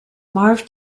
marv